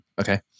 Okay